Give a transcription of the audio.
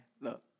look